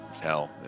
hell